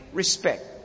respect